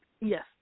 Yes